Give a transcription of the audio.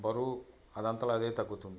బరువు అదంతట అదే తగ్గుతుంది